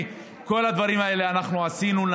אלה דברים שעשינו.